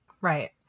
Right